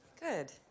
Good